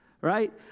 Right